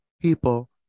people